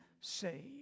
saved